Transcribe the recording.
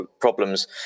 problems